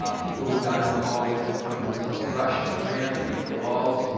ah people who got into the hallways and found themselves crushed and crammed against the walls.